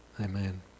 Amen